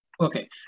Okay